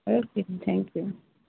okay ji thank you